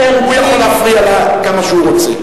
הוא יכול להפריע לה כמה שהוא רוצה.